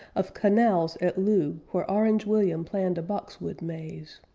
of canals at loo, where orange william planned a boxwood maze.